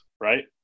right